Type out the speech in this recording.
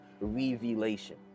revelation